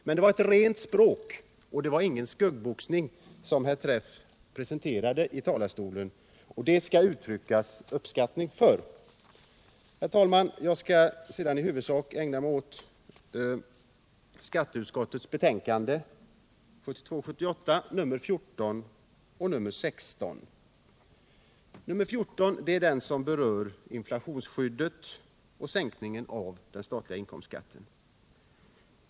Men det var ett rent språk. Det var ingen skuggboxning som herr Träff presenterade i talarstolen, och det vill jag uttrycka min uppskattning av. Herr talman! Jag skall sedan i huvudsak ägna mig åt skatteutskottets betänkanden 1977 78:16. Betänkandet nr 14 berör inflationsskyddet och sänkningen av den statliga inkomstskatten.